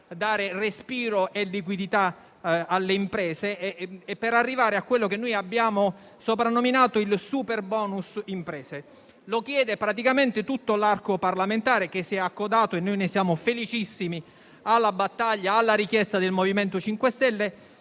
dare respiro e liquidità alle imprese e per arrivare a quello che abbiamo soprannominato il superbonus imprese. Lo chiede praticamente tutto l'arco parlamentare, che si è accodato - e noi ne siamo felicissimi - alla battaglia e alla richiesta del MoVimento 5 Stelle,